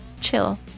chill